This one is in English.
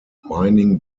mining